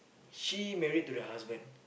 she married to the husband